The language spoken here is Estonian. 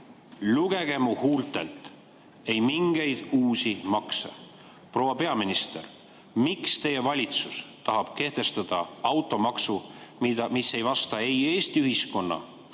"Lugege mu huultelt, ei mingeid uusi makse!" Proua peaminister! Miks teie valitsus tahab kehtestada automaksu, mis ei vasta ei Eesti ühiskonna